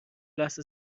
لحظه